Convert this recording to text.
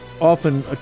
often